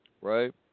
right